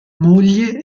moglie